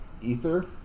ether